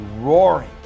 roaring